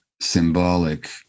symbolic